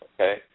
Okay